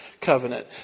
covenant